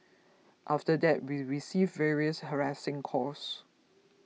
after that we received various harassing calls